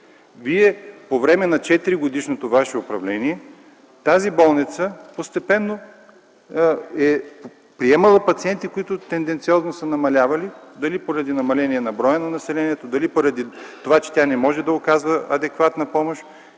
По време на 4-годишното ваше управление тази болница постепенно е приемала пациенти, които тенденциозно са намалявали, дали поради намаление на броя населението, дали поради това, че тя не може да оказва адекватна помощ,